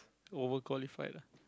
overqualified lah